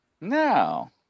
no